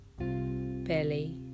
belly